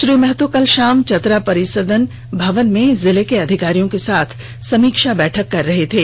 श्री महतो कल शाम चतरा परिसद भवन में जिले के अधिकारियों के साथ समीक्षा बैठक कर रहे थे